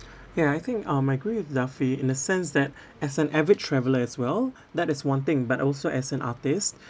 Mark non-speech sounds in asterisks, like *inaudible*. *breath* ya I think um my agree with idafi in the sense that *breath* as an average traveller as well *breath* that is one thing but also as an artist